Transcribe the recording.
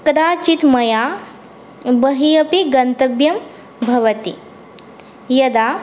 कदाचित् मया बहिः अपि गन्तव्यं भवति यदा